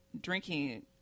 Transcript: drinking